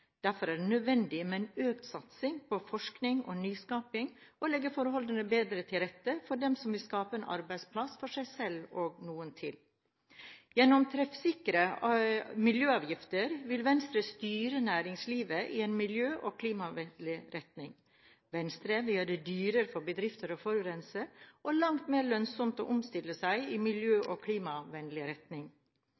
Derfor er det nødvendig med en økt satsing på forskning og nyskaping og å legge forholdene bedre til rette for dem som vil skape en arbeidsplass for seg selv og noen til. Gjennom treffsikre miljøavgifter vil Venstre styre næringslivet i en miljø- og klimavennlig retning. Venstre vil gjøre det dyrere for bedrifter å forurense og langt mer lønnsomt å omstille seg i en miljø-